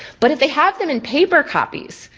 but if they have them in paper copies,